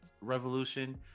revolution